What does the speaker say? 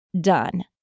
done